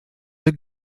the